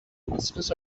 business